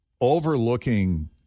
overlooking